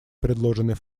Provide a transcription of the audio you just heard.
предложенный